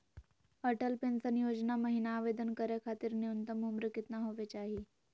Atal pension योजना महिना आवेदन करै खातिर न्युनतम उम्र केतना होवे चाही?